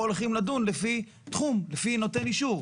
או הולכים לדון לפי תחום, לפי נותן אישור.